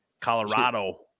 colorado